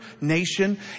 nation